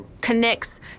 connects